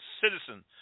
citizen